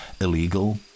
illegal